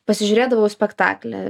pasižiūrėdavau spektaklį ne vieną ir